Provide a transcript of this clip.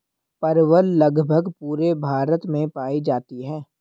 परवल लगभग पूरे भारत में पाई जाती है